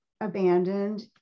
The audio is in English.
abandoned